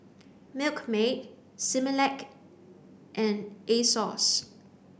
milkmaid Similac and Asos